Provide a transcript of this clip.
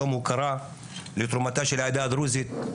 יום הוקרה לתרומתה של העדה הדרוזית.